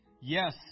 Yes